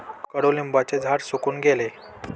कडुलिंबाचे झाड सुकून गेले